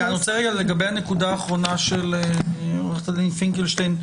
לגבי הנקודה האחרונה שהעלתה עורכת הדין פינקלשטיין.